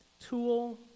tool